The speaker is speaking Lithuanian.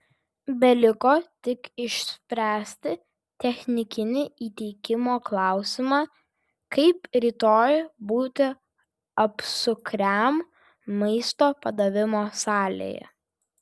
beliko tik išspręsti technikinį įteikimo klausimą kaip rytoj būti apsukriam maisto padavimo salėje